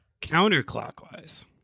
counterclockwise